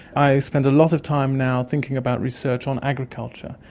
i spend a lot of time now thinking about research on agriculture.